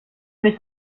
nicht